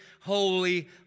holy